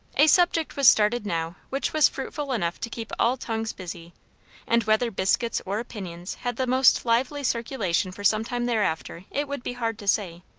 a subject was started now which was fruitful enough to keep all tongues busy and whether biscuits or opinions had the most lively circulation for some time thereafter it would be hard to say.